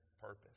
purpose